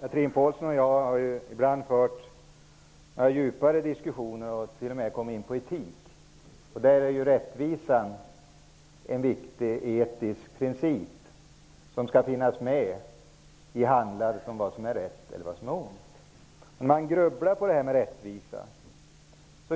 Chatrine Pålsson och jag har ibland fört djupa diskussioner och t.o.m. kommit in på etik. Rättvisan är ju en viktig etisk princip. Den skall finnas med när vi talar vad som är rätt och vad som är ont. När man grubblar på detta med rättvisa